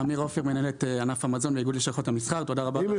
אני רק